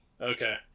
okay